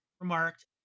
remarked